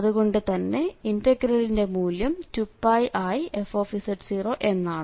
അതുകൊണ്ടു തന്നെ ഇന്റഗ്രലിന്റെ മൂല്യം 2πif എന്നാണ്